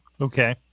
Okay